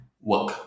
work